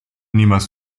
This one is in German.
niemals